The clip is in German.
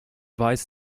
weiß